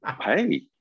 Hey